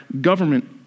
government